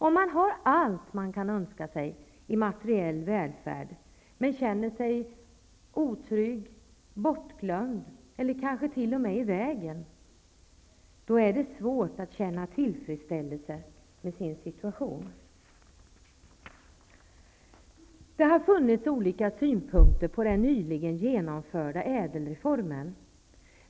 Om man har allt man kan önska sig av materiell välfärd, men känner sig otrygg, bortglömd eller kanske rent av i vägen, så är det svårt att känna tillfredsställelse med sin situation. Det har funnits olika synpunkter på den nyligen genomförda ÄDEL-reformen.